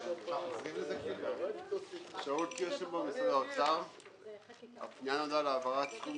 46. הפנייה נועדה להעברת סכום